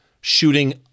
shooting